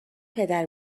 پدر